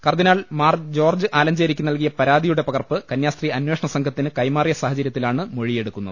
കർദ്ദിനാൾ മാർ ജോർജ്ജ് ആലഞ്ചേ രിക്ക് നൽകിയ പരാതിയുടെ പകർപ്പ് കന്യാസ്ത്രീ അന്വേഷണ സംഘത്തിന് കൈമാറിയ സാഹചര്യത്തിലാണ് മൊഴിയെടുക്കുന്നത്